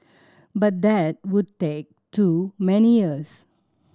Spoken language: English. but that would take too many years